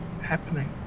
happening